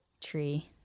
tree